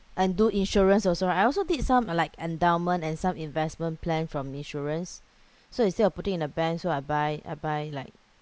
and do insurance also right I also did some uh like endowment and some investment plan from insurance so instead of putting it in a bank so I buy I buy like